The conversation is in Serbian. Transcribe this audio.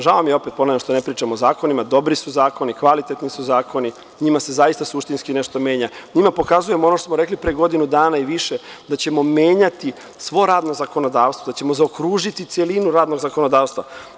Žao mi je, opet ponavljam, što ne pričamo o zakonima, dobri su zakoni, kvalitetni su zakoni, njima se zaista suštinski nešto menja i njima pokazujemo ono što smo rekli pre godinu dana i više da ćemo menjati sve radno zakonodavstvo, da ćemo zaokružiti celinu radnog zakonodavstva.